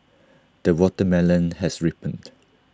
the watermelon has ripened